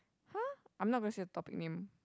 !har! I'm not going to say the topic name